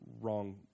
wrong